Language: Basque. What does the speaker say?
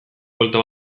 buelta